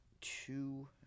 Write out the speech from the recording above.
two